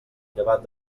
llevat